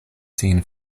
sin